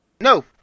No